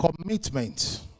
Commitment